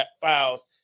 files